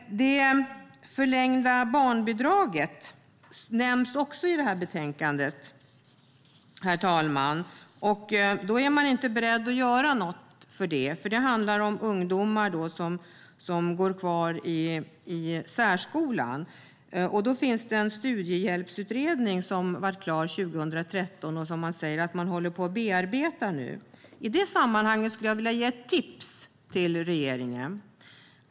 Det förlängda barnbidraget nämns också i betänkandet, herr talman, men man är inte beredd att göra något där. Det handlar om ungdomar som går kvar i särskolan. Studiehjälpsutredningen blev klar 2013, och man säger att man håller på att bearbeta den. I det sammanhanget vill jag ge ett tips till regeringen.